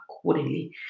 accordingly